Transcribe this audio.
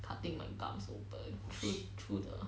cutting my gums open